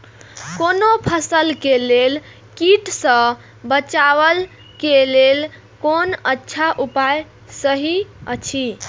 कोनो फसल के लेल कीट सँ बचाव के लेल कोन अच्छा उपाय सहि अछि?